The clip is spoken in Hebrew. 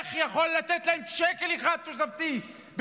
2028. איך הוא יכול לתת להם שקל אחד תוספתי ב-2024,